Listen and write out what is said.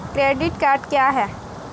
Credit card क्या है?